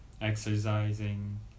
exercising